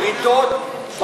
לבריתות,